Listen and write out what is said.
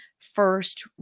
First